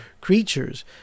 creatures